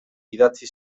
idatzi